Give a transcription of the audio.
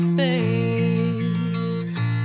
face